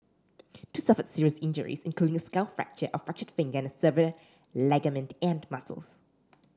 two suffered serious injuries including a skull fracture a fractured finger and severed ligament and muscles